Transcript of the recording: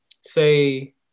say